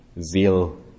zeal